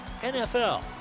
NFL